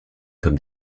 comme